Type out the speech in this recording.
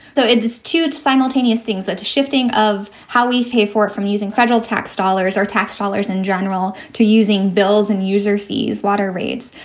though, in this two to simultaneous things that are shifting of how we pay for it from using federal tax dollars, our tax dollars in general to using bills and user fees, water rates.